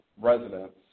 residents